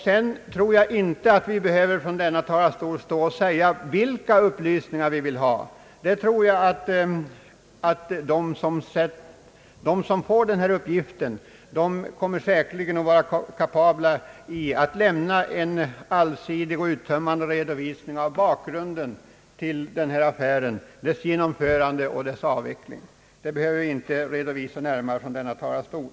Sedan tror jag inte att vi behöver stå i denna talarstol och ange vilka upplysningar vi vill ha. De som får den uppgiften kommer säkert att vara kapabla att lämna en allsidig och uttömmande utredning av bakgrunden till denna affär, dess genomförande dess korta livstid och dess avveckling. Det behöver vi inte närmare gå in på från denna talarstol.